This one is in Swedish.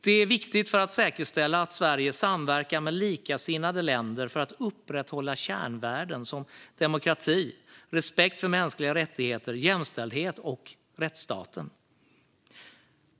Det är viktigt för att säkerställa att Sverige samverkar med likasinnade länder för att upprätthålla kärnvärden som demokrati, respekt för mänskliga rättigheter, jämställdhet och rättsstaten.